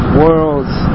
world's